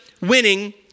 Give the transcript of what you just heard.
winning